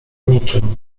niczym